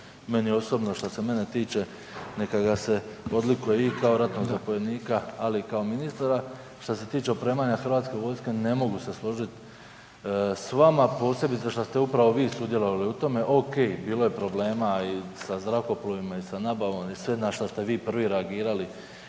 Meni osobno što se mene tiče neka ga se odlikuje i kao ratnog zapovjednika, ali i kao ministra. Što se tiče opremanja hrvatske vojske ne mogu se složiti s vama, posebice što ste upravo vi sudjelovali u tome. Ok, bilo je problema i sa zrakoplovima i sa nabavom i sve na što ste vi prvi reagirali